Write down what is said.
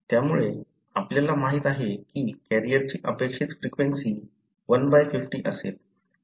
त्यामुळे आपल्याला माहित आहे की कॅरियरची अपेक्षित फ्रिक्वेंसी 1 बाय 50 असेल